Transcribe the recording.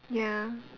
ya